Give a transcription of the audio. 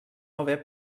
haver